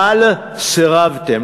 אבל סירבתם,